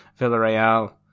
Villarreal